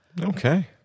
Okay